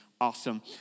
awesome